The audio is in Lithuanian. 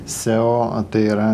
seo tai yra